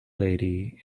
lady